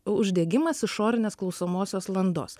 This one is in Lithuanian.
uždegimas išorinės klausomosios landos